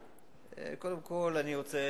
קודם כול, אני רוצה